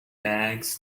bags